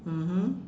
mmhmm